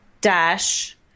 dash